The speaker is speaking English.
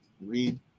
read